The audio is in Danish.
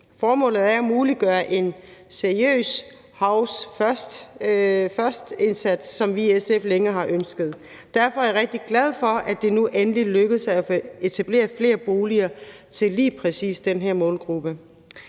Formålet er at muliggøre en seriøs housing first-indsats, som vi i SF længe har ønsket. Derfor er jeg rigtig glad for, at det nu endelig lykkes at etablere flere boliger til lige præcis den her målgruppe.